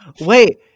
Wait